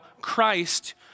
Christ